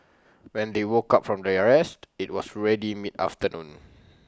when they woke up from their rest IT was already mid afternoon